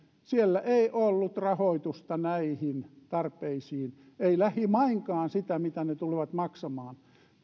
siellä ei ollut rahoitusta näihin tarpeisiin ei lähimainkaan sitä mitä ne tulevat maksamaan